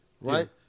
Right